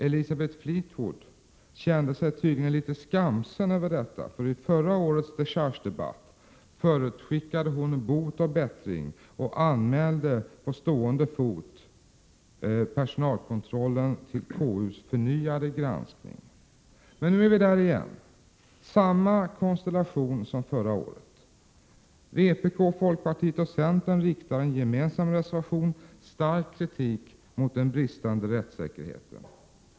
Elisabeth Fleetwood kände sig tydligen litet skamsen över detta, för i förra årets dechargedebatt förutskickade hon bot och bättring och anmälde på stående fot personalkontrollen till KU:s förnyade granskning. Men nu är vi där igen — samma konstellation som förra året. Vpk, folkpartiet och centern riktar i en gemensam reservation stark kritik mot den bristande rättssäkerheten.